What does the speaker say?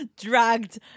dragged